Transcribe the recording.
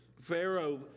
Pharaoh